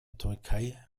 türkei